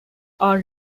are